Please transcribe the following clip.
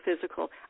physical